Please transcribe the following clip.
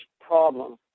problem